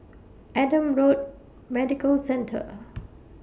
Adam Road Medical Centre